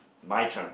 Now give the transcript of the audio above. my turn